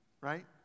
right